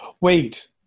Wait